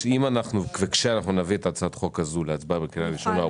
אם וכאשר נביא את הצעת החוק הזו להצבעה בקריאה ראשונה,